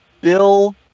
Bill